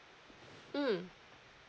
mm